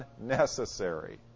unnecessary